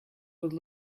would